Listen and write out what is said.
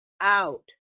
out